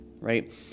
right